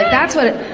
that's what it.